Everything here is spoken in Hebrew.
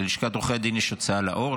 ללשכת עורכי הדין יש הוצאה לאור,